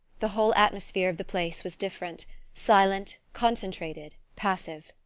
the whole atmosphere of the place was different silent, concentrated, passive.